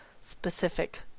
specific